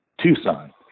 Tucson